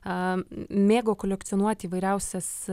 a mėgo kolekcionuoti įvairiausias